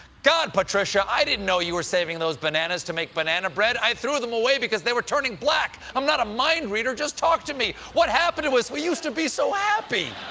god patricia! i didn't know you were saving those bananas to make banana bread! i threw them away because they were turning black! i'm not a mind-reader! just talk to me! what happened to us! we used to be so happy!